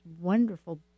wonderful